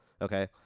Okay